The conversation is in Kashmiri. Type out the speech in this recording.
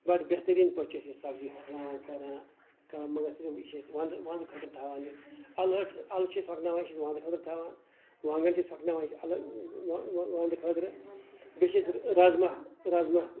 بَڑٕ بہتریٖن پٲٹھۍ چھِ أسۍ یہِ سَبزی ہۄکھناوان کران صِرف یہِ چھِ أسۍ وَندٕ خٲطرٕ تھاوان یہِ اَلہٕ ہَچہِ الہٕ چھِ أسۍ ہۄکھناوان یہِ چھِ أسۍ وَندٕ خٲطرٕ تھاوان وانگن چھِ أسۍ ہۄکھناوان یہِ چھِ وَندٕ خٲطرٕ بیٚیہِ چھِ أسۍ رازمہ رازمہ